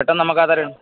പെട്ടെന്ന് നമുക്ക് ആധാരം